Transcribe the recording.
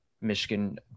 Michigan